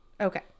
okay